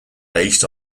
based